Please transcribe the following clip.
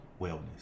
wellness